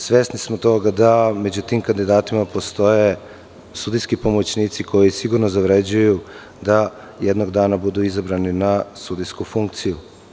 Svesni smo toga da među tim kandidatima postoje sudijski pomoćnici koji sigurno zavređuju da jednog dana budu izabrani na sudijsku funkciju.